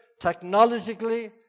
technologically